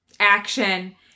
Action